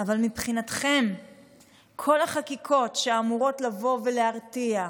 אבל את כל החקיקות שאמורות לבוא ולהרתיע,